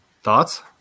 Thoughts